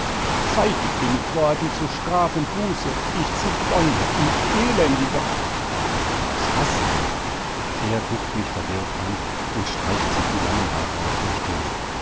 zeitig bin i geworden zu straf und buße ich zigeuner ich elendiger was hast denn er guckt mich verwirrt an und streicht sich die langen haare aus der stirn